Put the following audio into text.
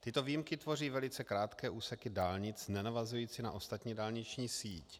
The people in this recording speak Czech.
Tyto výjimky tvoří velice krátké úseky dálnic nenavazující na ostatní dálniční síť.